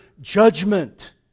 judgment